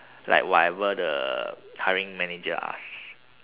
like whatever the hiring manager asks